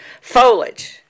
Foliage